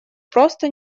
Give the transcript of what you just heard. просто